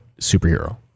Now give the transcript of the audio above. superhero